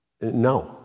no